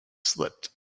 slipped